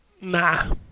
nah